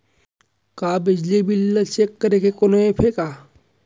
का बिजली बिल ल चेक करे के कोनो ऐप्प हे का?